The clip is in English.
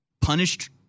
punished